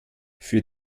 für